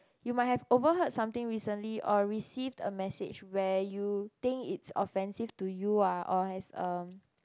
you might have overheard something recently or received a message where you think it's offensive to you ah or has a